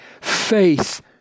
faith